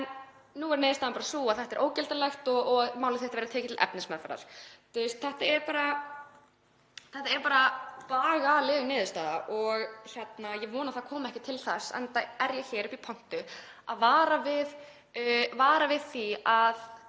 En nú er niðurstaðan sú að þetta er ógildanlegt og málið verður tekið til efnismeðferðar. Þetta er bagaleg niðurstaða og ég vona að það komi ekki til þess, enda er ég hér uppi í pontu að vara við því að